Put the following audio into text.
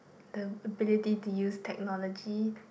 the ability to use technology